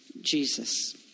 Jesus